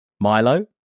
milo